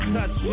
Touch